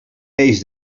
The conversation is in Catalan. peix